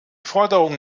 forderung